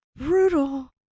brutal